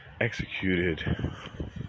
executed